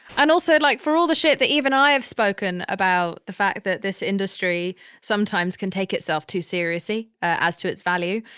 and also like for all the shit that even i have spoken about, the fact that this industry sometimes can take itself too seriously as to its value.